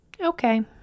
Okay